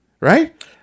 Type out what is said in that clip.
right